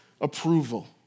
approval